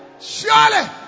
Surely